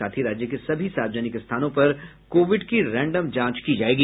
साथ ही राज्य के सभी सार्वजनिक स्थानों पर कोविड की रैंडम जांच की जायेगी